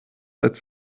als